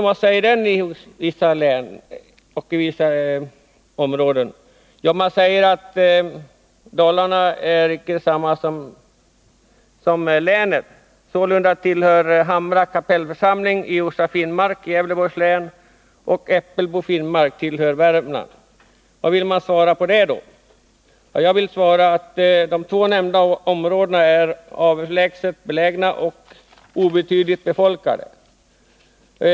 Vad säger då oppositionen i vissa områden? Jo, att Dalarna inte är detsamma som länet till omfattningen. Sålunda tillhör Hamra Kapellförsamling i Orsa finnmark Gävleborgs län och Äppelbo finnmark Värmlands län. Vad vill man då svara på detta? Jag vill svara att de två nämnda områdena är avlägset belägna och obetydligt befolkade.